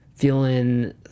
feeling